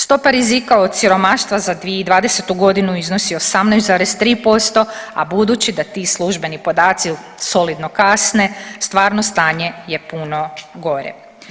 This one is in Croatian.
Stopa rizika od siromaštva za 2020. g. iznosi 18,3%, a budući da ti službeni podaci solidno kasne, stvarno stanje je puno gore.